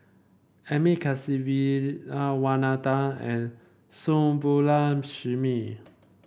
Amit Kasivis Wanathan and Subbulakshmi